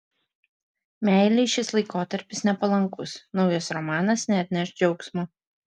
meilei šis laikotarpis nepalankus naujas romanas neatneš džiaugsmo